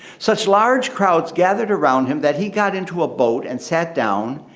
such large crowds gathered around him that he got into a boat and sat down,